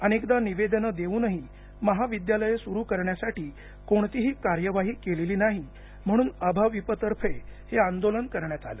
अनेकदा निवेदने देऊनही महाविद्यालये सुरु करण्यासाठी कोणतीही कार्यवाही केलेली नाही म्हणून अभाविपतर्फे हे आंदोलन करण्यात आले